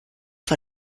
vor